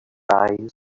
eyes